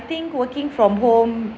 think working from home